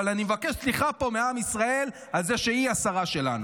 אבל אני מבקש סליחה פה מעם ישראל על זה שהיא השרה שלנו.